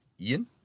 Ian